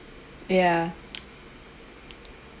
ya